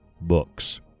Books